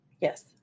Yes